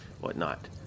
whatnot